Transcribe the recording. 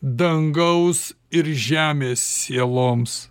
dangaus ir žemės sieloms